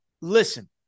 Listen